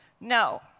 No